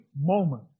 moment